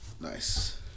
nice